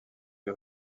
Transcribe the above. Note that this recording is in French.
est